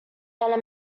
better